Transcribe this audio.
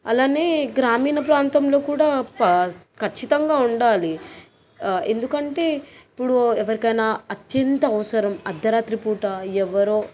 అలానే గ్రామీణ ప్రాంతంలో కూడా ప ఖచ్చితంగా ఉండాలి ఎందుకంటే ఇప్పుడు ఎవరికైనా అత్యంత అవసరం అర్ధరాత్రి పూట ఎవ్వరో